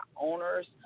owners